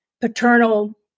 paternal